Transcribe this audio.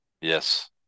yes